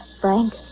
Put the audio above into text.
Frank